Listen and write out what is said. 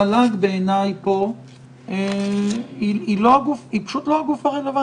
המל"ג בעיני היא לא הגוף הרלוונטי.